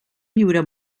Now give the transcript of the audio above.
viure